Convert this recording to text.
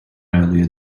earlier